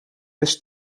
eens